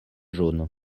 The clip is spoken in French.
jaune